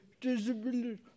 Disability